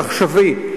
עכשווי.